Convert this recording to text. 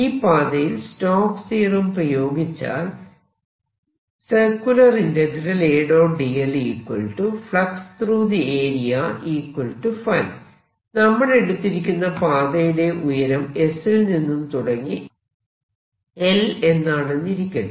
ഈ പാതയിൽ Stokes theorem പ്രയോഗിച്ചാൽ നമ്മൾ എടുത്തിരിക്കുന്ന പാതയുടെ ഉയരം s ൽ നിന്ന് തുടങ്ങി l എന്നാണെന്നിരിക്കട്ടെ